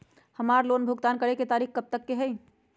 हमार लोन भुगतान करे के तारीख कब तक के हई?